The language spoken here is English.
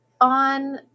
on